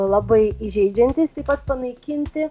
labai įžeidžiantys taip pat panaikinti